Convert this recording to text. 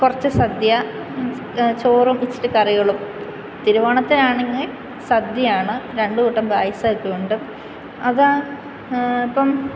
കുറച്ചു സദ്യ ചോറും ഇച്ചിരി കറികളും തിരുവോണത്തിനാണെങ്കിൽ സദ്യയാണ് രണ്ടുകൂട്ടം പായസം ഒക്കെ ഉണ്ട് അത് ഇപ്പം